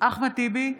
אחמד טיבי,